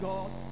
God